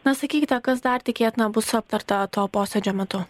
na sakykite kas dar tikėtina bus aptarta to posėdžio metu